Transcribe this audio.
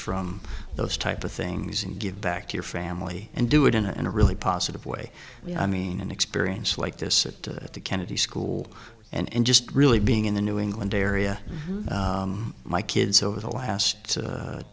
from those type of things and give back to your family and do it in a really positive way i mean an experience like this at the kennedy school and just really being in the new england area my kids over the last